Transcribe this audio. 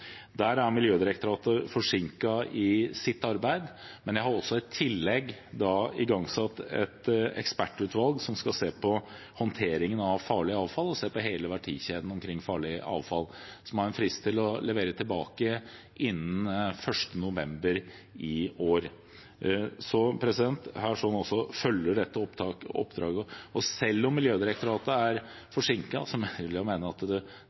er forsinket i sitt arbeid. Men jeg har i tillegg nedsatt et ekspertutvalg, som skal se på håndteringen av farlig avfall og se på hele verdikjeden rundt farlig avfall, og som har en frist til å levere tilbake råd innen 1. november i år. Så også her følges dette oppdraget. Selv om Miljødirektoratet er forsinket – jeg har respekt for at ting kan ta lengre tid – er kvaliteten på det